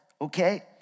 Okay